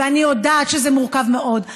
ואני יודעת שזה מורכב מאוד,